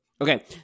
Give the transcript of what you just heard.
okay